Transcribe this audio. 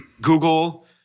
google